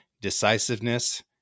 decisiveness